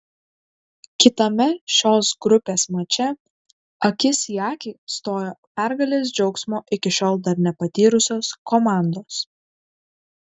kitame šios grupės mače akis į akį stojo pergalės džiaugsmo iki šiol dar nepatyrusios komandos